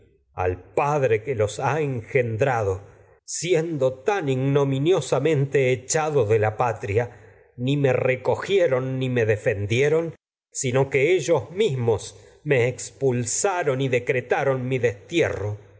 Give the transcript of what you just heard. al padre que los ha de engendrado la viendo tan igno miniosamente echado patria ni me recogieron ni me me defendieron mi y sino que ellos mismos expulsaron enton y decretaron todo esto destierro